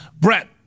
Brett